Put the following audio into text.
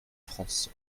france